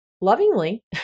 lovingly